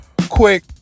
quick